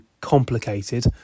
complicated